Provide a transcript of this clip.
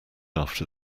after